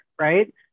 right